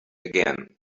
again